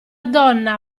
donna